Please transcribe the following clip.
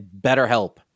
BetterHelp